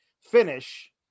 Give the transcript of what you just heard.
finish